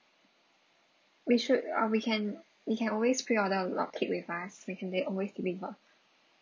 we should uh we can we can always pre-order block cake with us we can de~ always deliver